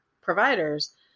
providers